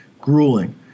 grueling